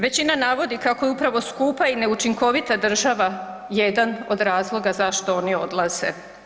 Većina navodi kako je upravo skupa i neučinkovita država jedan od razloga zašto oni odlaze.